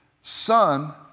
son